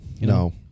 No